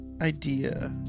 idea